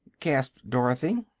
gasped dorothy.